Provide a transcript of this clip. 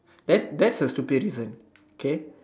that's that's a stupid reason okay